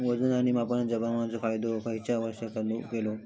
वजन आणि मापांच्या प्रमाणाचो कायदो खयच्या वर्षी चालू केलो?